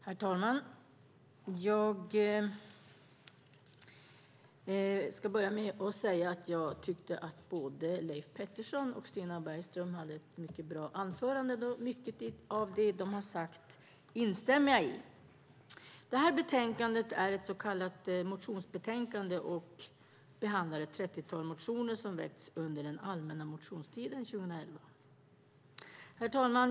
Herr talman! Jag ska börja med att säga att jag tyckte att både Leif Pettersson och Stina Bergström höll mycket bra anföranden. Mycket av det de har sagt instämmer jag i. Det här betänkandet är ett så kallat motionsbetänkande och behandlar ett trettiotal motioner som har väckts under den allmänna motionstiden 2011. Herr talman!